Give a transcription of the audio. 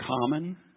common